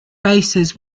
bases